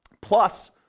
plus